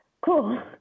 cool